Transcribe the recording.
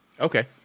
Okay